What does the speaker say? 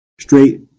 Straight